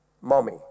mommy